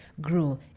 grow